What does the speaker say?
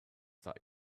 that